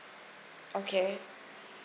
okay